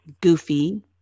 goofy